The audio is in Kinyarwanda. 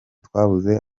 twabuze